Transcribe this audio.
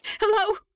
Hello